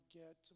get